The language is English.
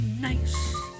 nice